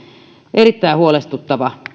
erittäin huolestuttava